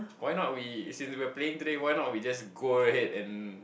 why not we since we are playing today why not we just go ahead and